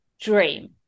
dream